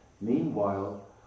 meanwhile